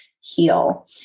heal